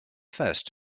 first